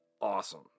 awesome